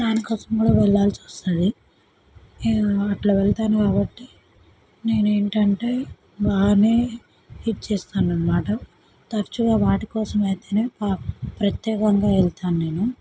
దానికోసం కూడా వెళ్ళాల్సి వస్తుంది అట్ల వెళతాను కాబట్టి నేను ఏంటంటే బాగానే ఇది చేస్తానన్నమాట తరచుగా వాటికోసం అయితేనే ప్రత్యేకంగా వెళతాను నేను